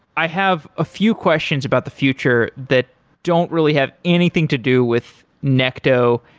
i have a few questions about the future that don't really have anything to do with necto,